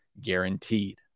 Guaranteed